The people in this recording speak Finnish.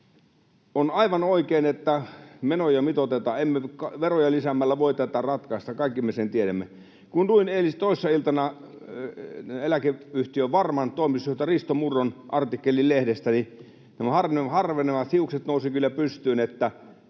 On aivan oikein, että menoja mitoitetaan. Emme veroja lisäämällä voi tätä ratkaista, kaikki me sen tiedämme. Kun luin toissa iltana eläkeyhtiö Varman toimitusjohtaja Risto Murron artikkelin lehdestä, niin nämä harvenevat hiukset nousivat kyllä pystyyn. Se